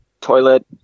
toilet